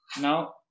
Now